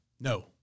No